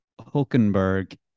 Hulkenberg